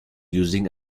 using